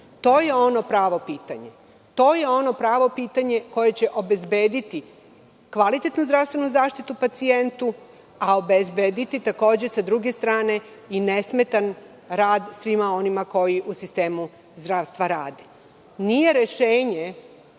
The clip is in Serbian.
zdravstvenu zaštitu. To je ono pravo pitanje koje će obezbediti kvalitetnu zdravstvenu zaštitu pacijentu, a takođe, s druge strane i nesmetan rad svima onima koji u sistemu zdravstva rade. Nije rešenje